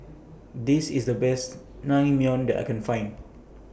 This IS The Best Naengmyeon that I Can Find